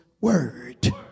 word